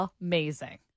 amazing